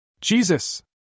Jesus